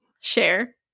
share